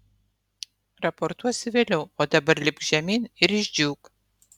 raportuosi vėliau o dabar lipk žemyn ir išdžiūk